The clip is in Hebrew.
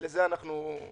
לזה אנחנו נסכים.